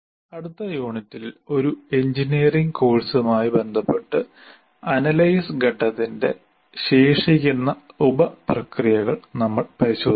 അടുത്ത യൂണിറ്റിൽ ഒരു എഞ്ചിനീയറിംഗ് കോഴ്സുമായി ബന്ധപ്പെട്ട് അനലൈസ് ഘട്ടത്തിന്റെ ശേഷിക്കുന്ന ഉപപ്രക്രിയകൾ നമ്മൾ പരിശോധിക്കും